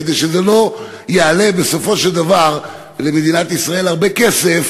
כדי שזה לא יעלה בסופו של דבר למדינת ישראל הרבה כסף,